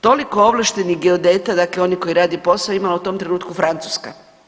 Toliko ovlaštenih geodeta, dakle onih koji rade posao imala je u tom trenutku Francuska.